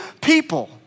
People